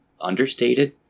understated